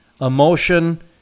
emotion